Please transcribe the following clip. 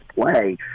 play